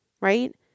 Right